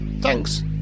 thanks